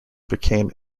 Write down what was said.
became